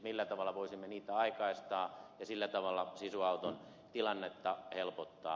millä tavalla voisimme niitä aikaistaa ja sillä tavalla sisu auton tilannetta helpottaa